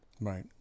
Right